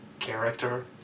character